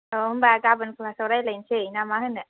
अ होमब्ला गाबोन क्लासाव रायज्लायहैनोसै ना मा होनो